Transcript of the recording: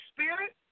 Spirit